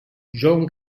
john